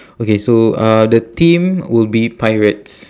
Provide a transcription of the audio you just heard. okay so uh the theme will be pirates